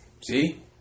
See